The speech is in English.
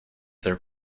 their